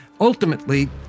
Ultimately